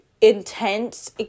intense